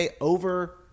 over